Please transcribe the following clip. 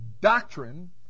doctrine